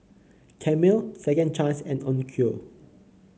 Camel Second Chance and Onkyo